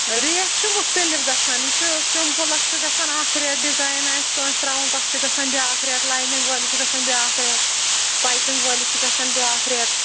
rate چھُ مُختلف گژھان یہِ چھُ سِمپٕلَس چھُ گژھان اکھ ریٹ ڈِزایِن آسہِ کٲنٛسہِ ترٛاوُن تَتھ چھُ گژھان بیٛاکھ ریٹ لاینِنٛگ وٲلِس چھُ گژھان بیٛاکھ ریٹ پایپِنٛگ وٲلِس چھُ گژھان بیٛاکھ ریٹ